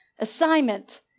assignment